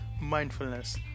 mindfulness